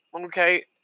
Okay